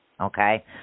okay